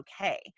okay